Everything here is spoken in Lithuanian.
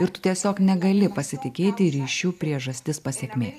ir tu tiesiog negali pasitikėti ryšiu priežastis pasekmė